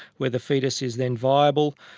where the fetus is then viable.